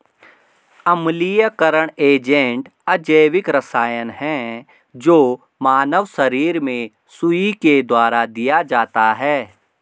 अम्लीयकरण एजेंट अजैविक रसायन है जो मानव शरीर में सुई के द्वारा दिया जाता है